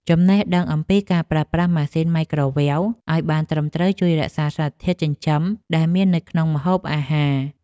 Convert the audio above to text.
ចំណេះដឹងអំពីការប្រើប្រាស់ម៉ាស៊ីន ម៉ៃក្រូវ៉េវ ឱ្យបានត្រឹមត្រូវជួយរក្សាសារធាតុចិញ្ចឹមដែលមាននៅក្នុងម្ហូបអាហារ។